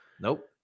Nope